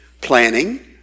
planning